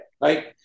right